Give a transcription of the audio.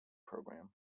program